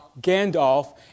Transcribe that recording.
Gandalf